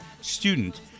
student